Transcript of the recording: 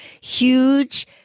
huge